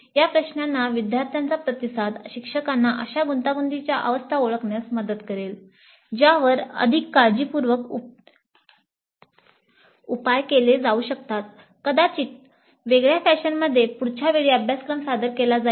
या प्रश्नांना विद्यार्थ्यांचा प्रतिसाद शिक्षकांना अशा गुंतागुंतीच्या अवस्था ओळखण्यास मदत करेल ज्यावर अधिक काळजीपूर्वक उपाय केले जाऊ शकतात कदाचित वेगळ्या फॅशनमध्ये पुढच्या वेळी अभ्यासक्रम सादर केला जाईल